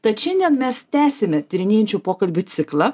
tad šiandien mes tęsiame tyrinėjančių pokalbių ciklą